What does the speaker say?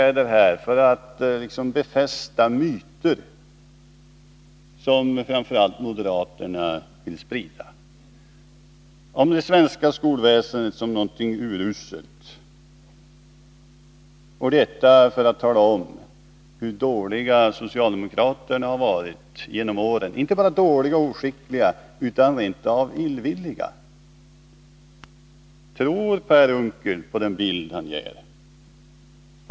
Per Unckel vill här liksom befästa myter, som framför allt moderaterna tycker om att sprida, om det svenska skolväsendet som någonting uruselt. Det gör han för att han vill framhålla hur dåliga socialdemokraterna har varit under årens lopp — ja, inte bara dåliga och oskickliga utan också rent av illvilliga. Tror Per Unckel på den bild han ger?